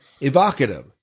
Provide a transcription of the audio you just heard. Evocative